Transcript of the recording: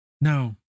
No